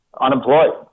unemployed